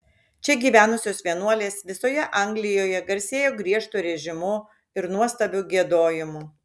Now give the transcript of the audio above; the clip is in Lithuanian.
čia gyvenusios vienuolės visoje anglijoje garsėjo griežtu režimu ir nuostabiu giedojimu